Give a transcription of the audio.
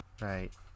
Right